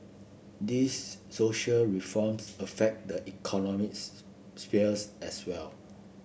these social reforms affect the economics spheres as well